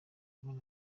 mpera